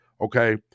okay